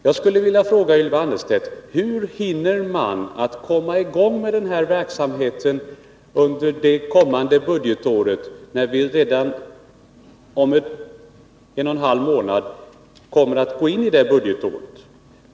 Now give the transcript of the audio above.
Jag skulle vilja fråga Ylva Annerstedt: Hur hinner man komma i gång med denna verksamhet under kommande budgetår, när vi redan om en och en halv månad kommer att gå in i det budgetåret?